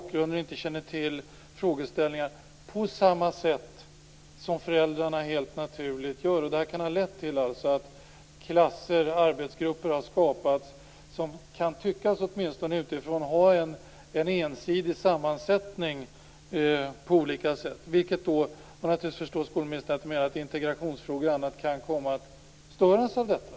Skolledningen har inte känt till bakgrunden och andra saker på samma sätt som föräldrarna helt naturligt gör. Detta kan ha lett till att klasser, arbetsgrupper, har skapats som, åtminstone utifrån, kan tyckas ha en ensidig sammansättning på olika sätt. Skolministern menar att integrationsfrågor och annat kan komma att störas av detta.